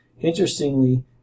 Interestingly